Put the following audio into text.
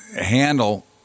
handle